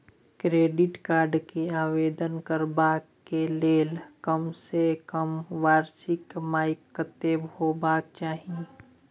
Credit card के आवेदन करबैक के लेल कम से कम वार्षिक कमाई कत्ते होबाक चाही?